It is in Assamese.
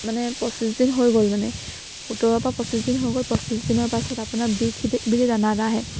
মানে পঁচিছ দিন হৈ গ'ল মানে সোতৰ পৰা পঁচিছ দিন হৈ গ'ল পঁচিছ দিনৰ পাছত আপোনাৰ বী থ্ৰী বুলি দানা এটা আহে